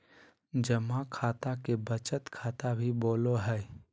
जमा खाता के बचत खाता भी बोलो हइ